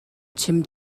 chim